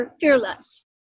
fearless